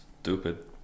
Stupid